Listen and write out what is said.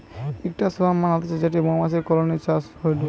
ইকটা সোয়ার্ম মানে হতিছে যেটি মৌমাছির কলোনি চাষ হয়ঢু